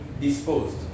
disposed